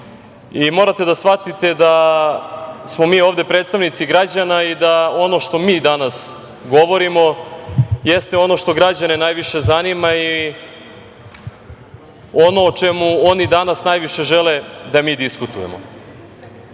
Morate da shvatite da smo mi ovde predstavnici građana i da ono što mi danas govorimo jeste ono što građane najviše zanima i ono o čemu oni danas najviše žele da mi diskutujemo. Danas